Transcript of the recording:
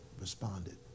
responded